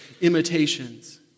imitations